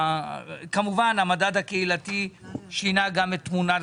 כמובן המדד הקהילתי שינה גם את תמונת